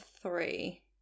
three